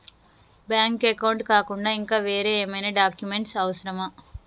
Bank account కాకుండా ఇంకా వేరే ఏమైనా డాక్యుమెంట్స్ అవసరమా?